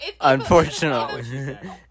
Unfortunately